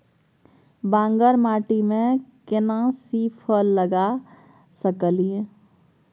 बांगर माटी में केना सी फल लगा सकलिए?